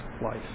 life